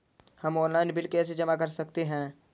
हम online bill कैसे जमा कर सकते हैं?